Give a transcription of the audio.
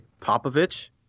Popovich